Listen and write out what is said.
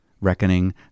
reckoning